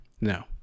No